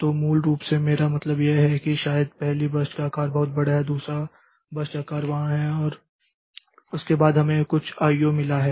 तो मूल रूप से मेरा मतलब यह है कि शायद पहली बर्स्ट का आकार बहुत बड़ा है दूसरा बर्स्ट आकार वहाँ है उसके बाद हमें कुछ आईओ मिला है